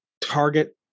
target